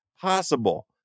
possible